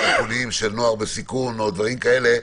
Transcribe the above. טיפוליים של נוער בסיכון או דברים כאלה,